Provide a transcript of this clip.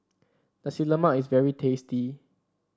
Nasi Lemak is very tasty